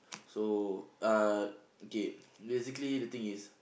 so uh okay basically the thing is